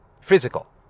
physical